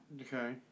Okay